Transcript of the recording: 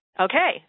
Okay